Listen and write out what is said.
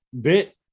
bit